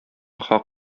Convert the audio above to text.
хак